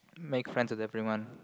make friends with everyone